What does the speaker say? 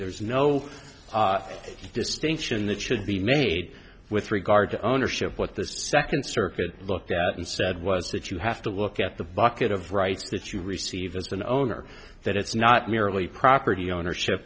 there's no distinction that should be made with regard to ownership what the second circuit looked at and said was that you have to look at the bucket of rights that you receive as an owner that it's not merely property ownership